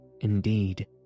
Indeed